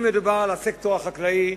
אם מדובר על הסקטור החקלאי,